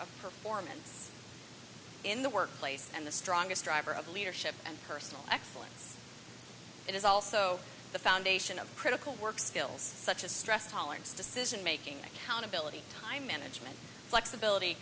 of performance in the workplace and the strongest driver of leadership and personal excellence it is also the foundation of critical work skills such as stress tolerance decisionmaking countability time management flexibility